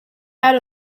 out